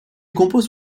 compose